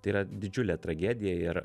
tai yra didžiulė tragedija ir